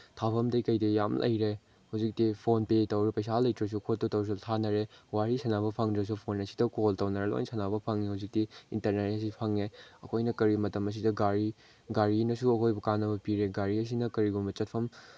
ꯊꯥꯕꯝꯗꯒꯤ ꯀꯩꯗꯒꯤ ꯌꯥꯝ ꯂꯩꯔꯦ ꯍꯧꯖꯤꯛꯇꯤ ꯐꯣꯟꯄꯦ ꯇꯧꯔ ꯄꯩꯁꯥ ꯂꯩꯇ꯭ꯔꯁꯨ ꯈꯣꯠꯇ꯭ꯔꯁꯨ ꯊꯥꯔꯅꯔꯦ ꯋꯥꯔꯤ ꯁꯥꯟꯅꯕ ꯐꯪꯗ꯭ꯔꯁꯨ ꯐꯣꯟ ꯑꯁꯤꯗ ꯀꯣꯜ ꯇꯧꯅꯔ ꯂꯣꯏꯅ ꯁꯥꯟꯅꯕ ꯐꯪꯉꯦ ꯍꯧꯖꯤꯛꯇꯤ ꯏꯟꯇꯔꯅꯦꯠ ꯍꯥꯏꯁꯤ ꯐꯪꯉꯦ ꯑꯩꯈꯣꯏꯅ ꯀꯔꯤ ꯃꯇꯝ ꯑꯁꯤꯗ ꯒꯥꯔꯤ ꯒꯥꯔꯤꯅꯁꯨ ꯑꯩꯈꯣꯏꯕꯨ ꯀꯥꯟꯅꯕ ꯄꯤꯔꯦ ꯒꯥꯔꯤꯁꯤꯅ ꯀꯔꯤꯒꯨꯝꯕ ꯆꯠꯐꯝ